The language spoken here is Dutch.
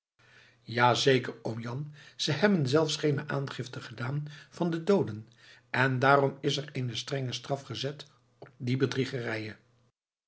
zeker oom jan ze hebben zelfs geene aangifte gedaan van de dooden en daarom is er eene strenge straf gezet op die bedriegerij